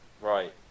Right